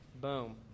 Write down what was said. Boom